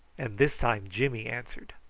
and this time jimmy answered.